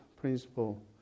principle